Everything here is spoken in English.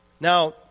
Now